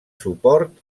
suport